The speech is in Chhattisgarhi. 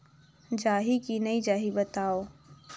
जाही की नइ जाही बताव?